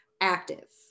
active